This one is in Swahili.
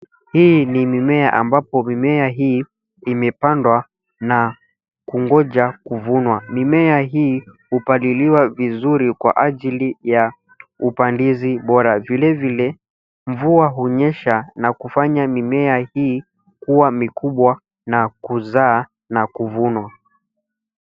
Hii ni mimea ambapo mimea hii imepandwa na kungoja kuvunwa. Mimea hii hupaliliwa vizuri kwa ajili ya upandizi bora vile vile mvua hunyesha na kufanya mimea hii kuwa mikubwa na kuzaa na kuvunwa.